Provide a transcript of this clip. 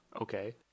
Okay